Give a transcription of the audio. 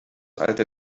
alter